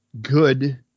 good